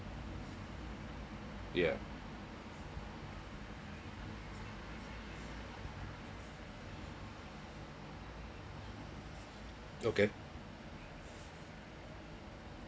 ya okay